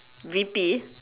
V_P